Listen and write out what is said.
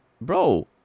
bro